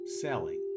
selling